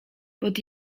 pod